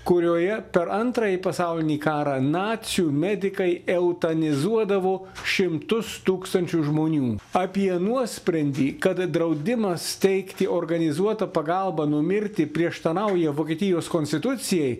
kurioje per antrąjį pasaulinį karą nacių medikai eutanizuodavo šimtus tūkstančių žmonių apie nuosprendį kad draudimas steigti organizuotą pagalbą numirti prieštarauja vokietijos konstitucijai